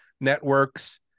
networks